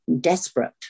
desperate